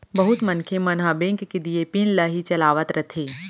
बहुत मनखे मन ह बेंक के दिये पिन ल ही चलावत रथें